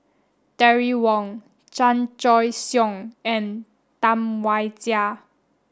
Terry Wong Chan Choy Siong and Tam Wai Jia